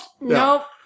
Nope